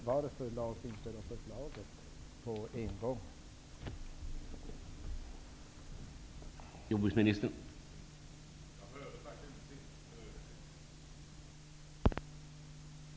Varför lades då inte ett sådant förslag fram från första början?